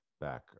back